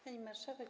Pani Marszałek!